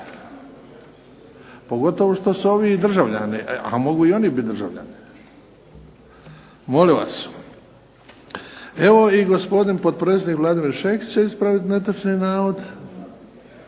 Pogotovo što su ovi državljani, a mogu i oni biti državljani. Evo i gospodin potpredsjednik Vladimir Šeks će ispraviti netočan navod.